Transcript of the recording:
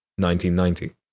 1990